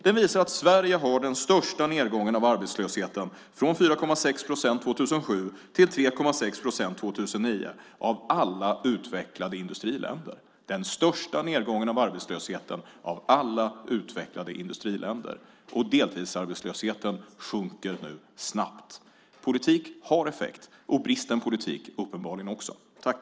Den visar att Sverige har den största nedgången av arbetslösheten från 4,6 procent år 2007 till 3,6 procent år 2009 av alla utvecklade industriländer. Deltidsarbetslösheten sjunker nu snabbt. Politik har effekt, och uppenbarligen också bristen på politik.